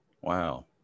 Wow